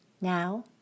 Now